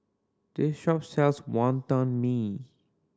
this shop sells Wonton Mee